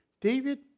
David